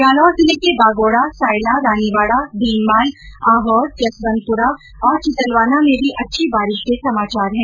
जालौर जिले के बागोडा सायला रानीवाडा भीनमाल आहोर जसंवतपुरा और चितलवाना में भी अच्छी बारिश के समाचार है